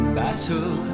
battle